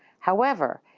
however,